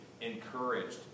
encouraged